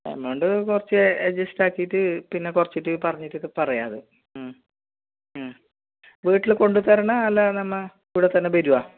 amount കുറച്ച് adjust ആക്കിയിട്ട് പിന്നെ കുറച്ചിട്ട് പറഞ്ഞിട്ടൊക്കെ പറയാം അത് വീട്ടിൽ കൊണ്ട് തരണോ അല്ല നമ്മൾ ഇവിടെ തന്നെ ബെരുആ